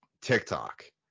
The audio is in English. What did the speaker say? tiktok